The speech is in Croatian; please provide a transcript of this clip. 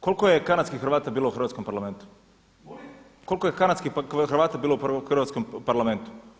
Koliko je kanadskih Hrvata bilo u Hrvatskom parlamentu? [[Upadica Glasnović: Molim?]] Koliko je kanadskih Hrvata bilo u Hrvatskom parlamentu?